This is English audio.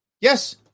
Yes